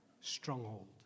Stronghold